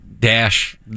dash